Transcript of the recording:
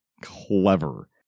clever